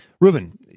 Ruben